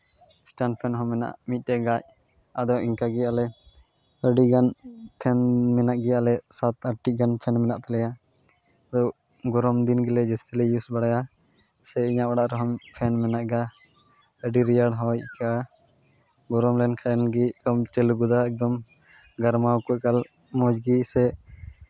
stand fan ᱦᱚᱸ ᱢᱮᱱᱟᱜᱼᱟ ᱢᱤᱫᱴᱮᱡ ᱜᱟᱡ ᱟᱫᱚ ᱤᱱᱠᱟ ᱜᱮ ᱟᱞᱮ ᱟᱹᱰᱤ ᱜᱟᱱ ᱯᱷᱮᱱ ᱢᱮᱱᱟᱜ ᱜᱮᱭᱟ ᱟᱞᱮ ᱥᱟᱛ ᱟᱴᱴᱤ ᱜᱟᱱ ᱯᱷᱮᱱ ᱢᱮᱱᱟᱜ ᱛᱟᱞᱮᱭᱟ ᱟᱫᱚ ᱜᱚᱨᱚᱢ ᱫᱤᱱ ᱜᱮᱞᱮ ᱡᱟᱹᱥᱛᱤ ᱞᱮ ᱤᱭᱩᱥ ᱵᱟᱲᱟᱭᱟ ᱥᱮ ᱤᱧᱟᱹᱜ ᱚᱲᱟᱜ ᱨᱮᱦᱚᱸ ᱯᱷᱮᱱ ᱢᱮᱱᱟᱜ ᱜᱮᱭᱟ ᱟ ᱟᱹᱰᱤ ᱨᱮᱭᱟᱲ ᱦᱚᱭ ᱟᱹᱭᱠᱟᱹᱜᱼᱟ ᱜᱚᱨᱚᱢ ᱞᱮᱱᱠᱷᱟᱱ ᱜᱮᱢ ᱪᱟᱹᱞᱩ ᱜᱚᱫᱟ ᱮᱠᱫᱚᱢ ᱜᱚᱨᱢᱟ ᱠᱚ ᱠᱟᱨᱤᱱ ᱢᱚᱡᱽ ᱜᱮ ᱥᱮ